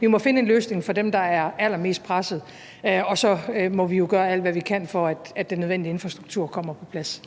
vi må finde en løsning for dem, der er allermest pressede. Og så må vi jo gøre alt, hvad vi kan, for at den nødvendige infrastruktur kommer på plads.